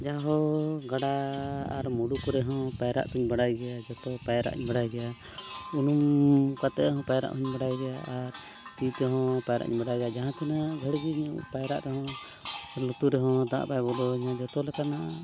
ᱡᱟᱦᱳ ᱜᱟᱰᱟ ᱟᱨ ᱢᱩᱰᱩ ᱠᱚᱨᱮᱦᱚᱸ ᱯᱟᱭᱨᱟᱜ ᱫᱚᱧ ᱵᱟᱰᱟᱭ ᱜᱮᱭᱟ ᱡᱚᱛᱚ ᱯᱟᱭᱨᱟᱜ ᱤᱧ ᱵᱟᱲᱟᱭ ᱜᱮᱭᱟ ᱩᱱᱩᱢ ᱠᱟᱛᱮ ᱦᱚᱸ ᱯᱟᱭᱨᱟᱜ ᱦᱚᱸᱧ ᱵᱟᱲᱟᱭ ᱜᱮᱭᱟ ᱟᱨ ᱛᱤᱛᱮᱦᱚᱸ ᱯᱟᱭᱨᱟᱜ ᱤᱧ ᱵᱟᱰᱟᱭᱟ ᱡᱟᱦᱟᱸ ᱛᱤᱱᱟᱹᱜ ᱜᱷᱟᱹᱲᱤᱡ ᱤᱧ ᱯᱟᱭᱨᱟᱜ ᱨᱮᱦᱚᱸ ᱞᱩᱛᱩᱨ ᱨᱮᱦᱚᱸ ᱫᱟᱜ ᱵᱟᱭ ᱵᱚᱞᱚᱣᱟᱹᱧᱟ ᱡᱚᱛᱚ ᱞᱮᱠᱟᱱᱟᱜ